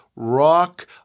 Rock